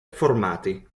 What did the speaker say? formati